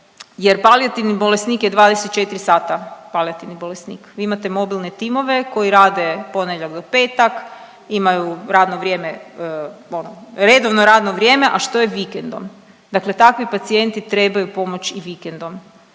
sata palijativni bolesnik. Vi imate mobilne timove koji rade ponedjeljak do petak, imaju radno vrijeme ono redovno radno vrijeme, a što je vikendom? Dakle, takvi pacijenti trebaju pomoć i vikendom